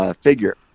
figure